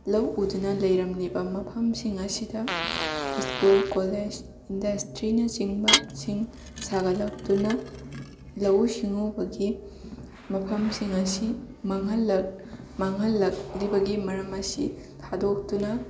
ꯂꯧ ꯑꯗꯨꯅ ꯂꯩꯔꯝꯂꯤꯕ ꯃꯐꯝꯁꯤꯡ ꯑꯁꯤꯗ ꯁ꯭ꯀꯨꯜ ꯀꯣꯂꯦꯖ ꯏꯟꯗꯁꯇ꯭ꯔꯤꯅꯆꯤꯡꯕ ꯁꯤꯡ ꯁꯥꯒꯠꯂꯛꯇꯨꯅ ꯂꯧꯎ ꯁꯤꯡꯎꯕꯒꯤ ꯃꯐꯝꯁꯤꯡ ꯑꯁꯤ ꯃꯥꯡꯍꯜꯂꯛ ꯃꯥꯡꯍꯜꯂꯛꯂꯤꯕꯒꯤ ꯃꯔꯝ ꯑꯁꯤ ꯊꯥꯗꯣꯛꯇꯨꯅ